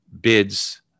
bids